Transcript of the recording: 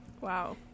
Wow